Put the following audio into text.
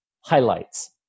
highlights